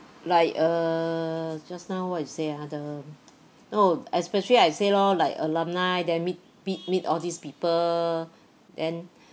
like err just now what you say ah the oh especially I say lor like alumni then meet meet meet all these people then